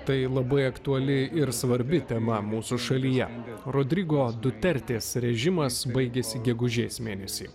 tai labai aktuali ir svarbi tema mūsų šalyje rodrigo dutertės režimas baigėsi gegužės mėnesį